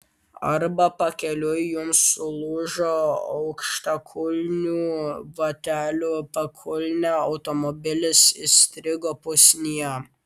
arba pakeliui jums sulūžo aukštakulnių batelių pakulnė automobilis įstrigo pusnyje